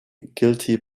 guilty